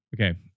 Okay